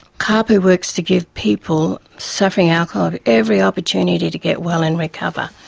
caaapu works to give people suffering alcohol every opportunity to get well and recover.